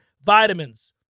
Vitamins